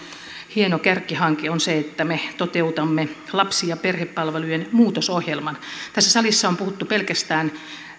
hieno kärkihanke on se että me toteutamme lapsi ja perhepalvelujen muutosohjelman tässä salissa on puhuttu pelkästään